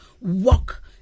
walk